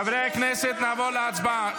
חברי הכנסת, נעבור להצבעה.